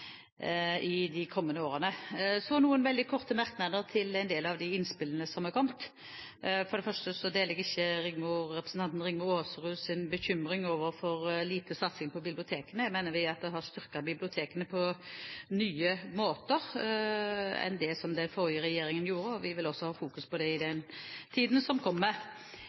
i de kommende årene. Så noen korte merknader til en del av innspillene som har kommet: For det første deler jeg ikke representanten Rigmor Aasruds bekymring over for lite satsing på bibliotekene. Jeg mener at vi har styrket bibliotekene på nye måter i forhold til det den forrige regjeringen gjorde, og vi vil også fokusere på dem i tiden som kommer.